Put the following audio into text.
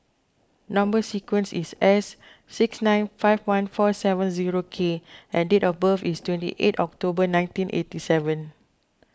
Number Sequence is S six nine five one four seven zero K and date of birth is twenty eight October nineteen eighty seven